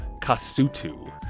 Kasutu